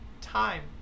time